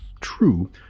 true